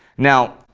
now,